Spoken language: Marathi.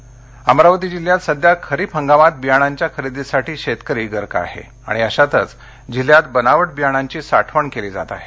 बियाणे अमरावती अमरावती जिल्ह्यात सध्या खरीप हंगामात बियाण्यांच्या खरेदीसाठी शेतकरी गर्क आहे आणि अशातच जिल्ह्यात बनावट बियाण्यांची साठवण केली जात आहे